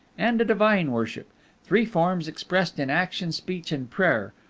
and a divine worship three forms expressed in action, speech, and prayer,